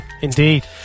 indeed